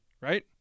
right